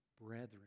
brethren